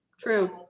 true